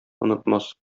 онытмас